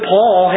Paul